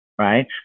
Right